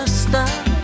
stop